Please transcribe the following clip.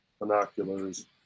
binoculars